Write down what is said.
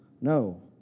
no